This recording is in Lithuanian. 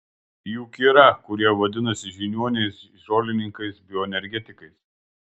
juk yra kurie vadinasi žiniuoniais žolininkais bioenergetikais